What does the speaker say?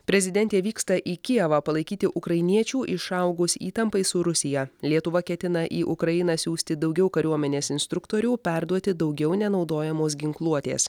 prezidentė vyksta į kijevą palaikyti ukrainiečių išaugus įtampai su rusija lietuva ketina į ukrainą siųsti daugiau kariuomenės instruktorių perduoti daugiau nenaudojamos ginkluotės